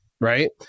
right